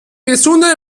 gesunde